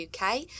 UK